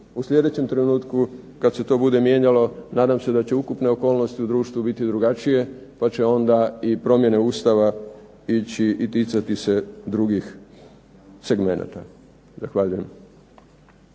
U sljedećem trenutku kad se to bude mijenjalo nadam se da će ukupne okolnosti u društvu biti drugačije pa će onda i promjene Ustava ići i ticati se drugih segmenata. Zahvaljujem.